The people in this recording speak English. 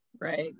Right